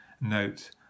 Note